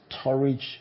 storage